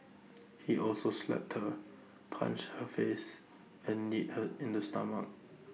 he also slapped her punched her face and kneed her in the stomach